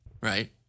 right